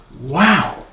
Wow